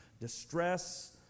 distress